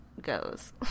goes